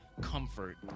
comfort